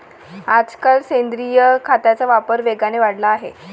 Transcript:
आजकाल सेंद्रिय खताचा वापर वेगाने वाढला आहे